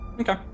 Okay